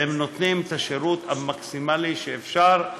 והן נותנות את השירות המקסימלי שאפשר.